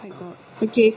oh my god